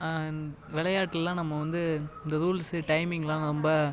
விளையாட்லாம் நம்ம வந்து இந்த ரூல்ஸு டைமிங்கெலாம் ரொம்ப